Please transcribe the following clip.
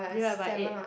divide by eight